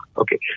Okay